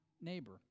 neighbor